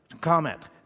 Comment